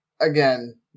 again